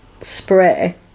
spray